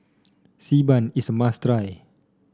Xi Ban is a must try